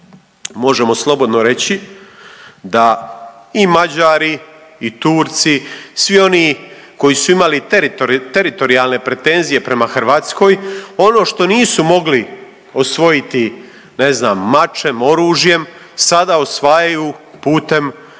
Možemo slobodno reći da i Mađari i Turci, svi oni koji su imali teritorijalne pretenzije prema Hrvatskoj ono što nisu mogli osvojiti ne znam mačem, oružjem sada osvajaju putem gospodarskih